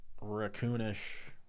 raccoonish